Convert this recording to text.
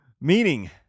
Meaning